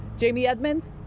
jamie edmonds,